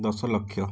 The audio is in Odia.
ଦଶ ଲକ୍ଷ